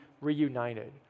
reunited